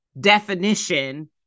definition